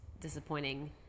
disappointing